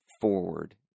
forward